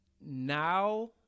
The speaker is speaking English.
now